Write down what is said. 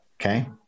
Okay